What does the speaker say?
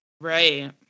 Right